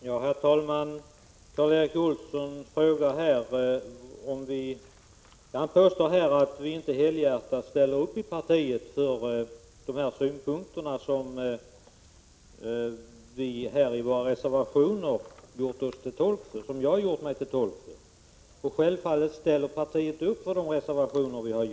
Herr talman! Karl Erik Olsson påstår att vårt parti inte helhjärtat ställer upp för de synpunkter som jag har gjort mig till tolk för i våra reservationer. Självfallet ställer partiet upp för våra reservationer!